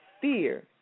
fear